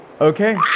Okay